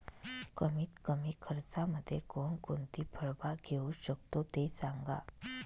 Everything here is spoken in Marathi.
कमीत कमी खर्चामध्ये कोणकोणती फळबाग घेऊ शकतो ते सांगा